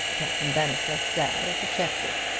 captain bannister stared at the checkbook.